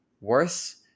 worse